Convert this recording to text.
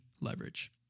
Leverage